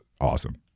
awesome